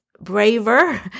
braver